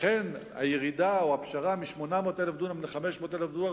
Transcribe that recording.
לכן הירידה מ-800,000 דונם ל-500,000 דונם,